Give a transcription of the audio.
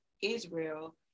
Israel